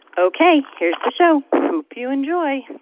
ok. here's the show. hope you enjoy